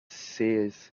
seers